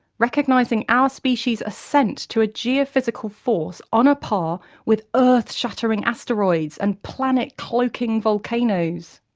recognising our species' ascent to a geophysical force on a par with earth-shattering asteroids and planet-cloaking volcanoes.